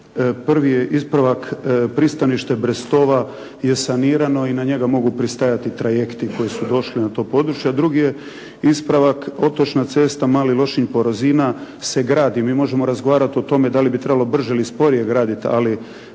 Prvi je ispravak pristanište Brestova je sanirano i na njega mogu pristajati trajekti koji su došli na to područje. Drugi je ispravak otočna cesta Mali Lošinj-Porozina se gradi. Mi možemo razgovarati o tome da li bi trebalo brže ili sporije graditi, ali